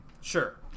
Sure